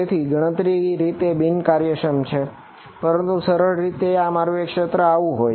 તેથી ગણતરીની રીતે બિનકાર્યક્ષમ છે પરંતુ સરળ રીત એ છે કે મારુ ક્ષેત્ર આવું હોય